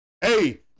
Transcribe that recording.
Hey